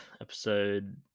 episode